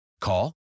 Call